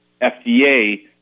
FDA